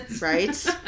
Right